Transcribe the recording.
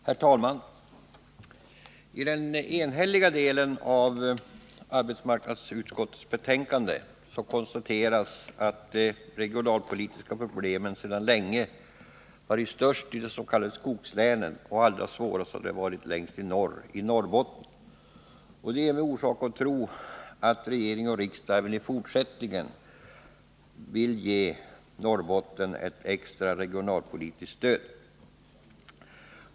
Herr talman! I den enhälliga delen av arbetsmarknadsutskottets betänkande konstateras att de regionalpolitiska problemen sedan länge har varit störst i de s.k. skogslänen, och allra svårast har de varit längst uppe i norr, i Norrbotten. Det ger mig anledning att tro att regering och riksdag även i fortsättningen vill ge Norrbotten ett extra regionalpolitiskt stöd.